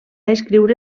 escriure